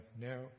now